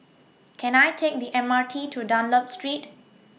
Can I Take The M R T to Dunlop Street